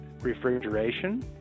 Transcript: refrigeration